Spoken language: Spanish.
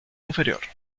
inferior